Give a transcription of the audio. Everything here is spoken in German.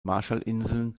marshallinseln